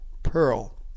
pearl